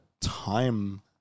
time